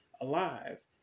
alive